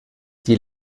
die